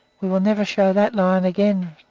we will never show that lion again,